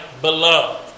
beloved